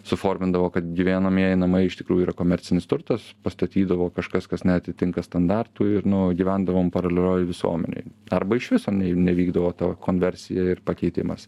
suformindavo kad gyvenamieji namai iš tikrųjų yra komercinis turtas pastatydavo kažkas kas neatitinka standartų ir nu gyvendavom paralelioj visuomenėj arba iš viso nevykdavo ta konversija ir pakeitimas